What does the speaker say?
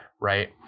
right